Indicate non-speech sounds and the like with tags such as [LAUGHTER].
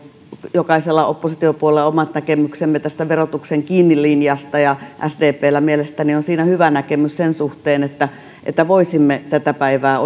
jokaisella oppositiopuolueella omat näkemyksemme verotuksen gini linjasta ja sdpllä mielestäni on siinä hyvä näkemys sen suhteen että että voisimme tätä päivää [UNINTELLIGIBLE]